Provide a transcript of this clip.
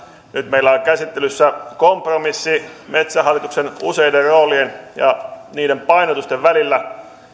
nyt meillä on käsittelyssä kompromissi metsähallituksen useiden roolien ja niiden painotusten välillä